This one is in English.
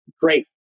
great